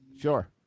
Sure